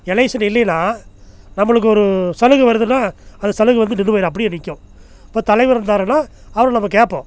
election இல்லைன்னால் நம்மளுக்கு ஒரு சலுகை வருதுன்னால் அந்த சலுகை வந்து நின்று போயிடும் அப்படியே நிற்கும் இப்போ தலைவர் இருந்தாருன்னால் அவரை நம்ம கேட்போம்